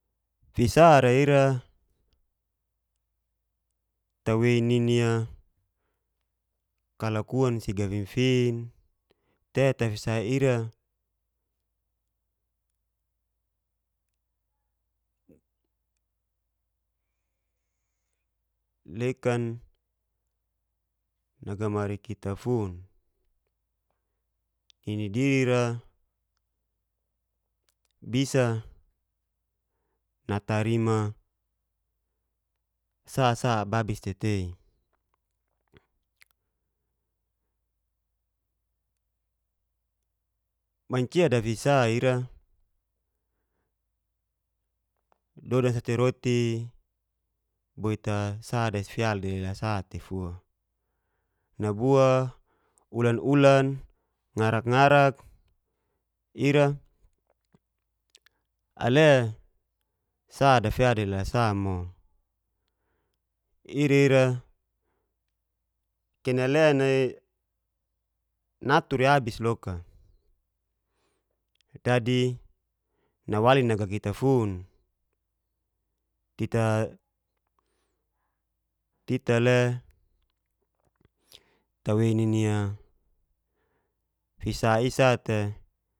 Fisara ira tawei nini'a kalakuan si gafinfin te tafira ira lekan nagamari kitafun nini dirira bisa natarim sa sa ababis te tei mancia dafisa ira dodan sa te roti boit sa dasial dalela sa tefua nabua ulan-ulan ngarak-ngarak ira le sa dasial dalela sa mo ira-ira kena lena natur'i abis loka dadi nawali naga kita fun tita le tawei nini fisa isa'te.